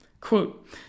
quote